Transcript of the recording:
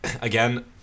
Again